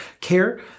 care